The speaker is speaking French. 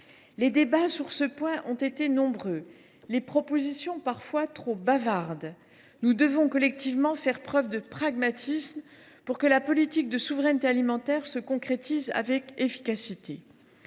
Les débats sur ce point ont été nombreux, les propositions parfois trop bavardes. Nous devons collectivement faire preuve de pragmatisme pour que la politique de souveraineté alimentaire se concrétise avec efficacité.